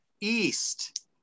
East